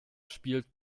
spielt